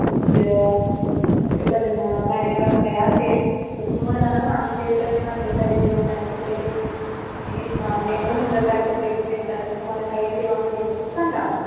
मुंज लग्न कार्यक्रम काही असेल तर तुम्हाला ना आमच्या इथं छान प्रकारे जेवणाची प्लेट व्हेज नॉनव्हेज दोन्ही प्रकारचे प्लेट भेटतात तर तुम्हाला काही सेवा हवी असेल सांगा आम्हाला